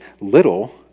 little